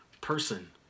person